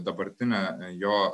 dabartinė jo